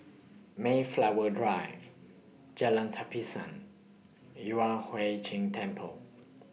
Mayflower Drive Jalan Tapisan Yueh Hai Ching Temple